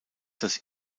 das